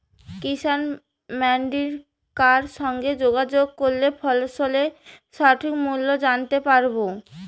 কিষান মান্ডির কার সঙ্গে যোগাযোগ করলে ফসলের সঠিক মূল্য জানতে পারবো?